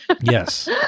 Yes